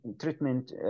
treatment